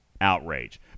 outrage